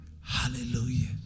hallelujah